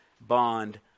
bond